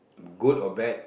good or bad